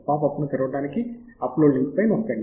pop అప్ను తెరవడానికి upload link పై నొక్కండి